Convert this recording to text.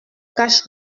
caches